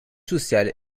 social